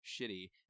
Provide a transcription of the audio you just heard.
shitty